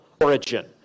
origin